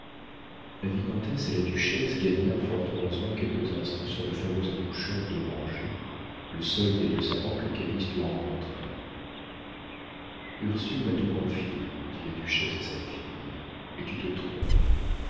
la vicomtesse et la duchesse gagnèrent fort heureusement quelques instants sur le fameux accoucheur dommanget le seul des deux savants que calyste eût rencontrés ursule m'a tout confié dit la duchesse à sa fille et tu te trompes